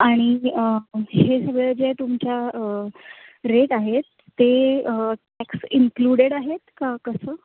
आणि हे सगळं जे तुमच्या रेट आहेत ते फॅक्स इन्क्लुडेड आहेत का कसं